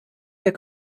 der